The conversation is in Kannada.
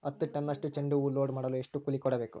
ಹತ್ತು ಟನ್ನಷ್ಟು ಚೆಂಡುಹೂ ಲೋಡ್ ಮಾಡಲು ಎಷ್ಟು ಕೂಲಿ ಕೊಡಬೇಕು?